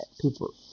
People